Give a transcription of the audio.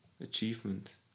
achievement